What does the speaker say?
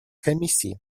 комиссии